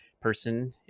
person